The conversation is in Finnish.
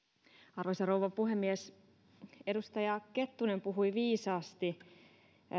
arvoisa rouva puhemies edustaja kettunen puhui viisaasti